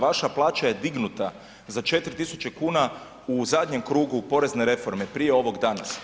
Vaša plaća je dignuta za 4000 kuna u zadnjem krugu porezne reforme prije ovog danas.